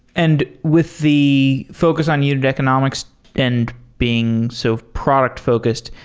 and with the focus on unit economics and being so product focused,